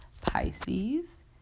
pisces